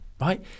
right